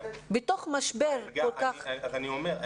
בתוך משבר כל כך --- אז אני אומר,